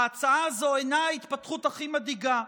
ההצעה הזו אינה ההתפתחות הכי מדאיגה,